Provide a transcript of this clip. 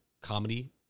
comedy